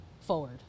forward